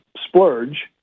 splurge